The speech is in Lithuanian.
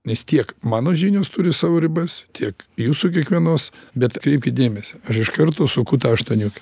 nes tiek mano žinios turi savo ribas tiek jūsų kiekvienos bet atkreipkit dėmesį aš iš karto suku tą aštuoniukę